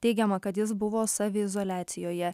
teigiama kad jis buvo saviizoliacijoje